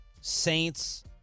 Saints